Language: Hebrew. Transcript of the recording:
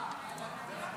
ותעבור לדיון